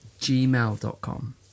gmail.com